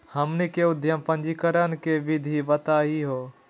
हमनी के उद्यम पंजीकरण के विधि बताही हो?